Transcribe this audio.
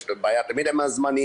יש להם בעיה תמיד עם הזמנים.